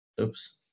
Oops